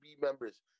members